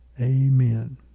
Amen